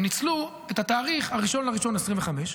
הן ניצלו את התאריך 1 בינואר 2025,